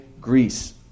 Greece